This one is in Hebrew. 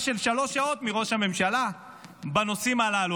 של שלוש שעות מראש הממשלה בנושאים הללו,